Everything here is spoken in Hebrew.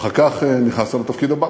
אחר כך נכנסת לתפקיד הבא,